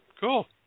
Cool